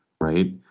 right